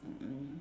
mm mm